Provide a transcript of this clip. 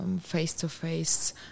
face-to-face